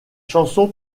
chanson